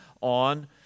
on